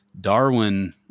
darwin